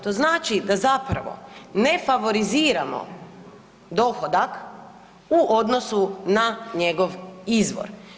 To znači da zapravo ne favoriziramo dohodak u odnosu na njegov izvor.